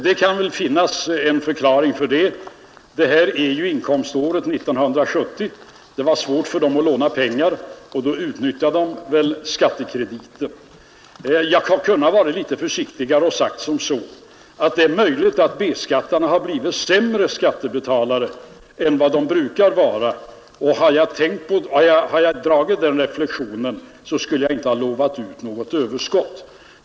Det kan finnas en förklaring till det. Vi diskuterar inkomståret 1970, när det var svårt för dem att låna pengar. Då utnyttjade de väl skattekrediten. Jag hade kunnat vara lite försiktigare och säga att det är möjligt att B-skattarna har blivit sämre skattebetalare än de brukar vara — och om jag hade gjort den reflexionen skulle vi inte ha lovat ut något överskott.